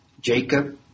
Jacob